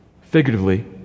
Figuratively